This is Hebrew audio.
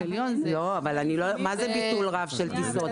מה זה ביטול רב של טיסות?